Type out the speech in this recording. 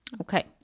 Okay